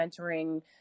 mentoring